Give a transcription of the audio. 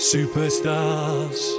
Superstars